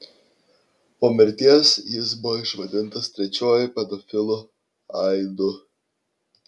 po mirties jis buvo išvadintas trečiuoju pedofilu aidu